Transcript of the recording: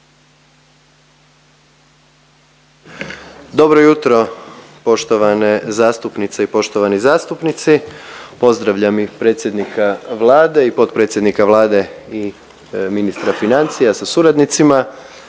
Dobro jutro poštovane zastupnice i poštovani zastupnici, pozdravljam i predsjednika Vlade i potpredsjednika Vlade i ministra financija sa suradnicima